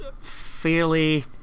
fairly